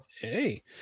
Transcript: Hey